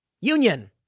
Union